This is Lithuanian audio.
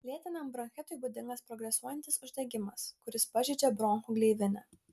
lėtiniam bronchitui būdingas progresuojantis uždegimas kuris pažeidžia bronchų gleivinę